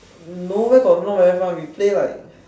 no where got not very fun we play like